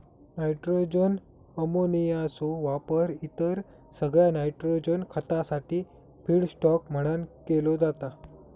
nitrogen अमोनियाचो वापर इतर सगळ्या नायट्रोजन खतासाठी फीडस्टॉक म्हणान केलो जाता